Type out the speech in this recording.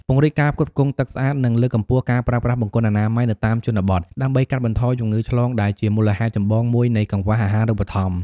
ពង្រីកការផ្គត់ផ្គង់ទឹកស្អាត និងលើកកម្ពស់ការប្រើប្រាស់បង្គន់អនាម័យនៅតាមជនបទ ដើម្បីកាត់បន្ថយជំងឺឆ្លងដែលជាមូលហេតុចម្បងមួយនៃកង្វះអាហារូបត្ថម្ភ។